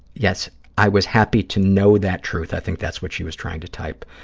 yes, i was happy to know that truth, i think that's what she was trying to type,